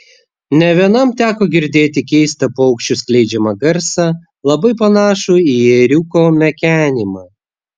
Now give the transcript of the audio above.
ne vienam teko girdėti keistą paukščių skleidžiamą garsą labai panašų į ėriuko mekenimą